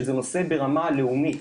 שזה נושא לרמה לאומית,